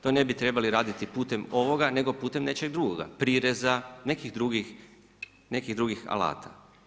To ne bi trebali raditi putem ovoga, nego putem nečeg drugoga prireza, nekih drugih alata.